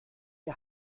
ihr